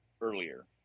earlier